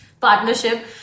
partnership